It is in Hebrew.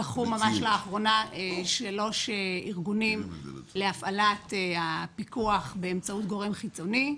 זכו ממש לאחרונה שלושה ארגונים להפעלת הפיקוח באמצעות גורם חיצוני,